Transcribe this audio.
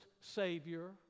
savior